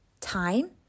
time